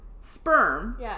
sperm